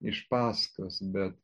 iš paskaitos be